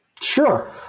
Sure